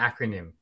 acronym